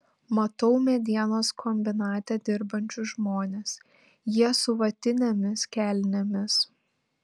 matau medienos kombinate dirbančius žmones jie su vatinėmis kelnėmis